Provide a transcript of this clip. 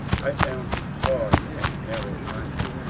i found him hard and narrow-minded.